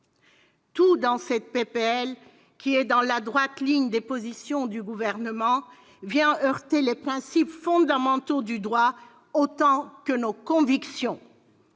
de loi, qui est dans la droite ligne des positions du Gouvernement, vient heurter les principes fondamentaux du droit autant que nos convictions.